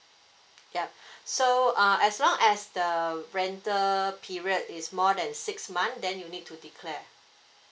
yup so uh as long as the rental period is more than six month then you need to declare